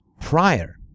prior